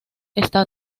está